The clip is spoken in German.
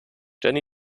jenny